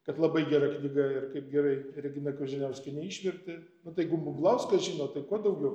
kad labai gera knyga ir kaip gerai regina koženiauskienė išvertė nu tai jeigu bumblauskas žino tai ko daugiau